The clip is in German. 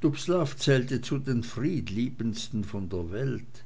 dubslav zählte zu den friedliebendsten von der welt